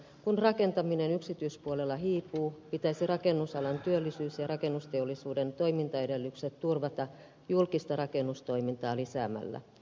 kun rakentaminen yksityispuolella hiipuu pitäisi rakennusalan työllisyys ja rakennusteollisuuden toimintaedellytykset turvata julkista rakennustoimintaa lisäämällä